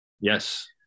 Yes